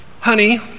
honey